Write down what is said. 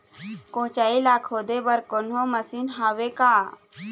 कोचई ला खोदे बर कोन्हो मशीन हावे का?